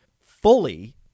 fully